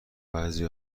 بعضی